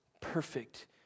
perfect